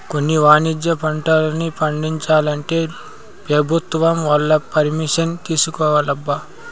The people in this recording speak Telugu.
కొన్ని వాణిజ్య పంటల్ని పండించాలంటే పెభుత్వం వాళ్ళ పరిమిషన్ తీసుకోవాలబ్బా